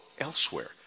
elsewhere